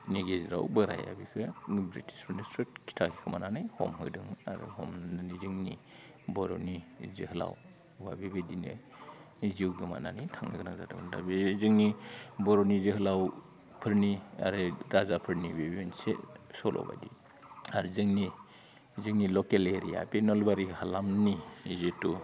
गेजेराव बोराया बिखो ब्रिटिसफोरनो स्रोद खिथाहैखोमानानै हमहोदोंमोन आरो हमना जोंनि बर'नि जोहोलावआ बेबायदिनो जिउ गोमानानै थांनो गोनां जादोंमोन दा बे जोंनि बर'नि जोहोलावफोरनि ओरै राजाफोरनि बे मोनसे सल' बायदि आरो जोंनि जोंनि लकेल एरिया बे नलबारि हालामनि जितु